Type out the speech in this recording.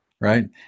Right